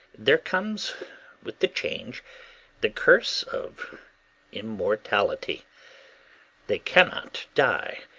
there comes with the change the curse of immortality they cannot die,